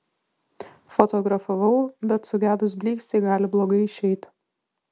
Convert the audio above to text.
fotografavau bet sugedus blykstei gali blogai išeiti